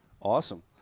Awesome